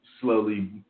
slowly